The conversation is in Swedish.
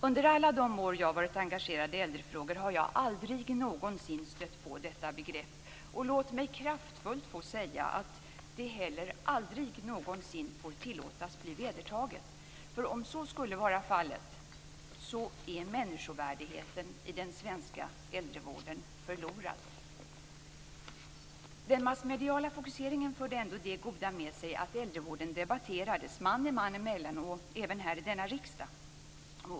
Under alla de år jag varit engagerad i äldrefrågor har jag aldrig någonsin stött på detta begrepp, och låt mig kraftfullt få säga att det heller aldrig någonsin får tillåtas bli vedertaget. För om så skulle bli fallet, är människovärdigheten i den svenska äldrevården förlorad. Den massmediala fokuseringen förde ändå det goda med sig att äldrevården debatterades man och man emellan och även här i denna riksdag.